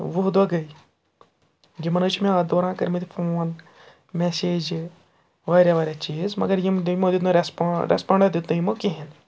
وُہ دۄہ گٔے یِمَن حظ چھِ مےٚ اَتھ دوران کٔرۍمٕتۍ فون مٮ۪سیجہِ واریاہ واریاہ چیٖز مگر یِم یِمو دیُت نہٕ رٮ۪سپونٛڈ رٮ۪سپانٛڈا دیُت نہٕ یِمو کِہیٖنۍ